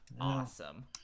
awesome